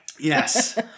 Yes